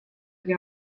oli